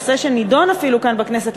נושא שנדון אפילו כאן בכנסת,